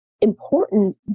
important